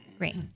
Great